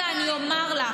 רגע, אני אומר לך.